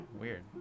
weird